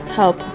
help